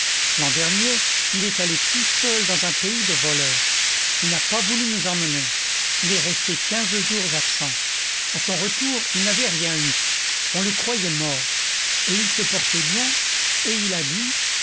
l'an dernier il est allé tout seul dans un pays de voleurs il n'a pas voulu nous emmener il est resté quinze jours absent à son retour il n'avait rien eu on le croyait mort et il se portait bien et il a dit